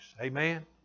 Amen